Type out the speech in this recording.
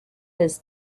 his